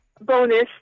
bonus